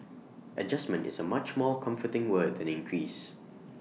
adjustment is A much more comforting word than increase